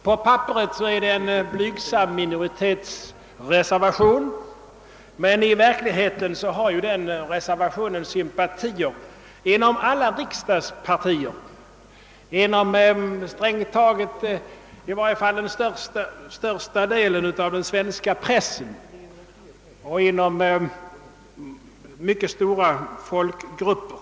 På papperet är det en blygsam minoritetsreservation, men i verklighe ten har reservationen sympatier inom alla riksdagspartier, i varje fall inom största delen av den svenska pressen och inom mycket stora folkgrupper.